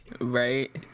right